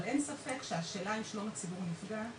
אבל אין ספק שהשאלה אם שלום הציבור נפגע,